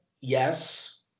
yes